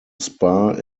spa